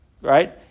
Right